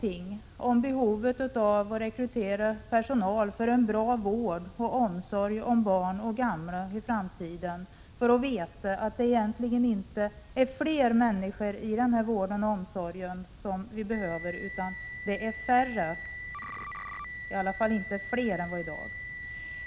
till litet om behovet av att ha och att kunna rekrytera personal för en bra vård och omsorg om barn och gamla i framtiden för att inse att det egentligen inte är flera människor i den här vården och omsorgen som vi behöver. Det är inte flera utan färre — i alla fall inte fler än i dag.